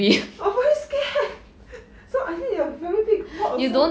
oh 我 really scared so I need to have a very big pot also